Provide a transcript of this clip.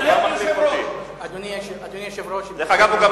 אתה היושב-ראש, תתנהג כיושב-ראש.